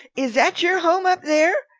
is that your home up there?